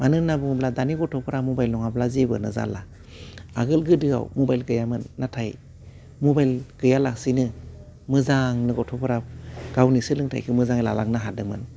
मानो होन्ना बुङोब्ला दानि गथ'फ्रा मबाइल नङाब्ला जेबोआनो जाला आगोल गोदोआव मबाइल गैयामोन नाथाय मबाइल गैया लासेनो मोजांनो गथ'फोरा गावनि सोलोंथाइखौ मोजाङै लालांनो हादोंमोन